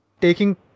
taking